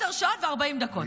10 שעות ו-40 דקות.